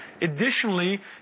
Additionally